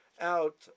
out